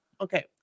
Okay